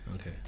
Okay